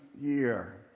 year